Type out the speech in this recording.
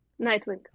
Nightwing